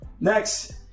Next